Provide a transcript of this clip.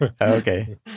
Okay